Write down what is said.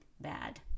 bad